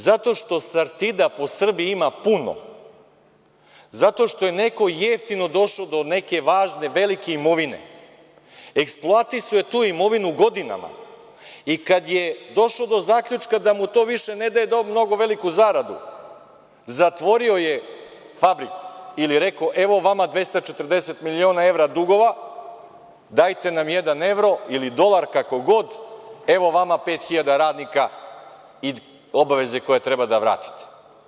Zato što „Sartida“ po Srbiji ima puno, zato što je neko jeftino došao do neke važne, velike imovine, eksploatisao je tu imovinu godinama i kad je došao do zaključka da mu to više ne daje mnogo veliku zaradu, zatvorio je fabriku ili rekao – evo vama 240 miliona evra dugova, dajte nam jedan evro ili dolar, kako god, evo vama 5.000 radnika i obaveze koje treba da vratite.